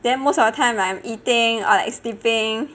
then most of the time like I'm eating or like sleeping